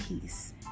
peace